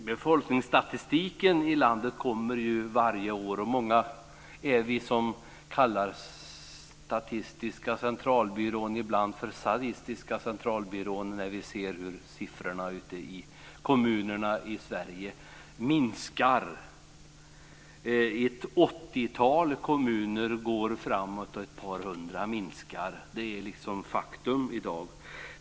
Befolkningsstatistiken i landet kommer ju varje år. Och vi är många som ibland kallar Statistiska centralbyrån för sadistiska centralbyrån, när vi ser hur siffrorna för kommunerna ute i Sverige blir lägre. Ett åttiotal kommuner går framåt och ett par hundra minskar. Det är faktum i dag.